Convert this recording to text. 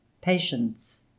patience